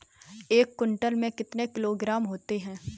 एक क्विंटल में कितने किलोग्राम होते हैं?